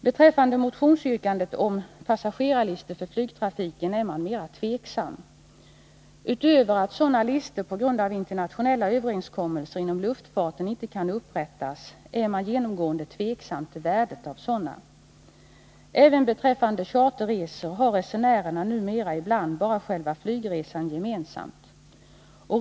Beträffande motionsyrkandet om passagerarlistor för flygtrafiken är man mer tveksam. Utöver att sådana listor på grund av internationella överenskommelser inom luftfarten inte kan upprättas är man genomgående tveksam till värdet av sådana. Även beträffande charterresor har resenärerna numera ibland bara själva flygresan gemensam.